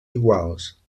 iguals